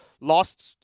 lost